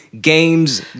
games